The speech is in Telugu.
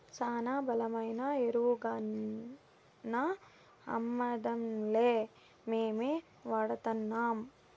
శానా బలమైన ఎరువుగాన్నా అమ్మడంలే మేమే వాడతాన్నం